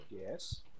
Yes